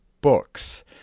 books